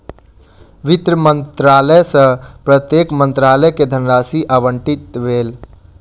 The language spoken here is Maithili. वित्त मंत्रालय सॅ प्रत्येक मंत्रालय के धनराशि आवंटित भेल